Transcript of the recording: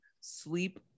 Sleep